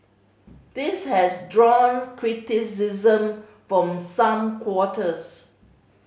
this has drawn criticism from some quarters